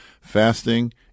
fasting